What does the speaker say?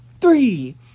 three